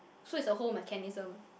so is a whole mechanism